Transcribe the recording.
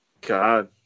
God